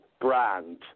brand